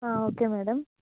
ఆ okay madam